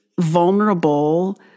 vulnerable